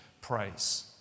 praise